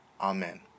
Amen